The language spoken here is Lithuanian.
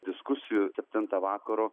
diskusijų septintą vakaro